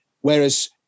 Whereas